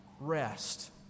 rest